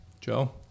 Joe